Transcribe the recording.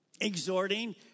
Exhorting